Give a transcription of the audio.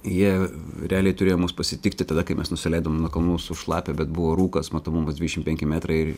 jie realiai turėjo mus pasitikti tada kai mes nusileidom nuo kalnų sušlapę bet buvo rūkas matomumas dvidešim penki metrai ir